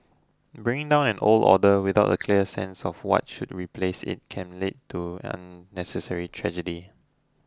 bringing down an old order without a clear sense of what should replace it can lead to unnecessary tragedy